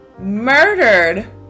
murdered